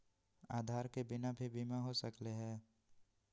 आधार के बिना भी बीमा हो सकले है?